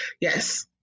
yes